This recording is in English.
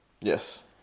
Yes